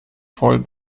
voll